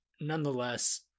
Nonetheless